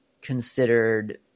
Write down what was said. considered